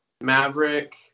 maverick